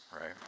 right